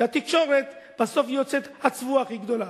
התקשורת יוצאת בסוף הצבועה הכי גדולה.